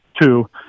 two